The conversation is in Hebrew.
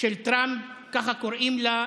של טראמפ, ככה קוראים לה,